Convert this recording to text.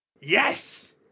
Yes